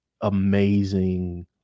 amazing